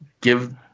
give